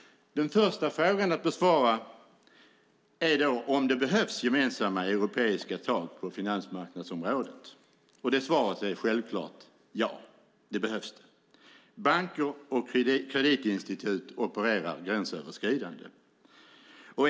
Den första frågan att besvara är om det behövs gemensamma europeiska tag på finansmarknadsområdet. Svaret är självklart: Ja, det behövs. Banker och kreditinstitut opererar gränsöverskridande.